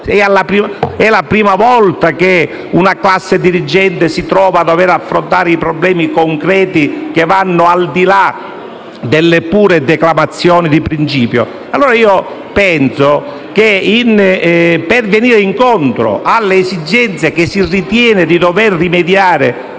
È la prima volta che questa classe dirigente si trova a dover affrontare problemi concreti, che vanno al di là delle pure declamazione di principio. Penso dunque che, per venire incontro alle esigenze a cui si ritiene di dover rimediare